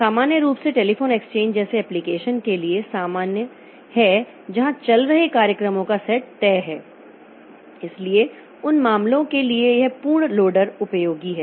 सामान्य रूप से टेलीफोन एक्सचेंज जैसे एप्लिकेशन के लिए सामान्य है जहां चल रहे कार्यक्रमों का सेट तय है इसलिए उन मामलों के लिए यह पूर्ण लोडर उपयोगी हैं